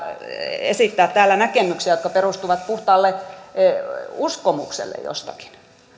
esittää täällä näkemyksiä jotka perustuvat puhtaalle uskomukselle jostakin